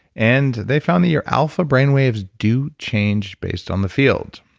and they found that your alpha brain waves do change based on the field.